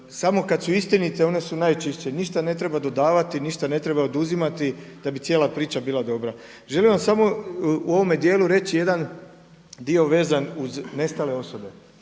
samo kada su istinite one su najčišće. Ništa ne treba dodavati, ništa ne treba oduzimati da bi cijela priča bila dobra. Želim vam samo u ovome dijelu reći jedan dio vezan uz nestale osobe.